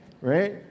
right